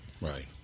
Right